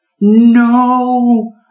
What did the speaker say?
No